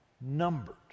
numbered